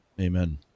Amen